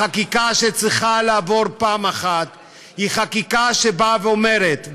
החקיקה שצריכה לעבור פעם אחת היא חקיקה שבאה ואומרת,